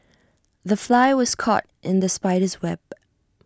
the fly was caught in the spider's web